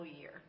year